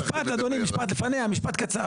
משפט אדוני, לפניה, משפט קצר.